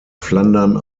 flandern